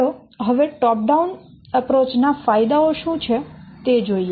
ચાલો હવે top down અભિગમ ના ફાયદાઓ શું છે તે જોઈએ